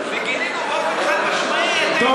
וגינינו באופן חד-משמעי את העניין הזה.